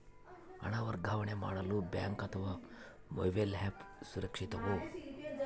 ಹಣ ವರ್ಗಾವಣೆ ಮಾಡಲು ಬ್ಯಾಂಕ್ ಅಥವಾ ಮೋಬೈಲ್ ಆ್ಯಪ್ ಸುರಕ್ಷಿತವೋ?